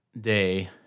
day